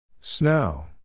Snow